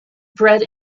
bread